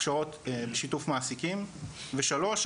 הכשרות שיתוף מעסיקים ושלוש,